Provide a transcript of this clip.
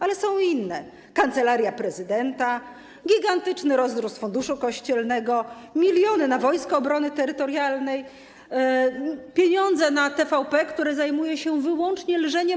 Ale są i inne: Kancelaria Prezydenta, gigantyczny rozrost Funduszu Kościelnego, miliony na Wojska Obrony Terytorialnej, pieniądze na TVP, która zajmuje się wyłącznie lżeniem.